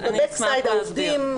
וב-back side --- אני אשמח להסביר.